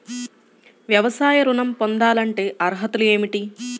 వ్యవసాయ ఋణం పొందాలంటే అర్హతలు ఏమిటి?